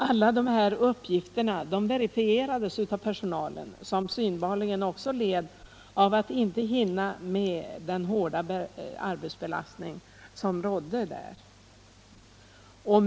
Alla de här uppgifterna verifierades av personalen, som synbarligen ock så led av att inte hinna med den hårda arbetsbelastning som rådde.